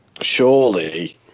Surely